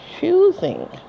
choosing